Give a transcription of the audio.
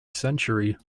century